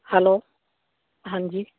hello ਹਾਂਜੀ